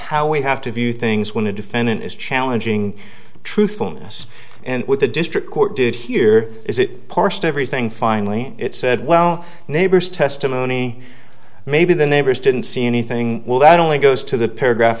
how we have to view things when the defendant is challenging truthfulness and with the district court did here is it parsed everything finally it said well neighbors testimony maybe the neighbors didn't see anything well that only goes to the paragraph